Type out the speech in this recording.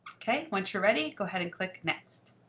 ok, once you're ready, go ahead and click next.